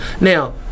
Now